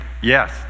Yes